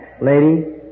Lady